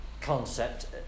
concept